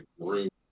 group